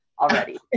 already